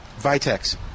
vitex